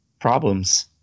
problems